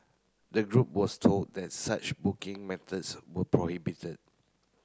the group was told that such booking methods were prohibited